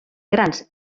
grans